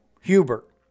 Hubert